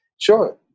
Sure